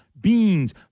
Beans